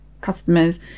customers